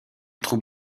troupe